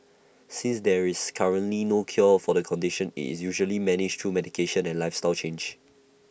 since there is currently no cure for the condition IT is usually managed through medication and lifestyle changes